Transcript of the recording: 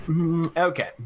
Okay